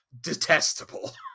detestable